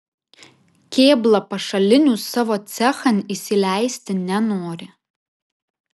kėbla pašalinių savo cechan įsileisti nenori